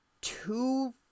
two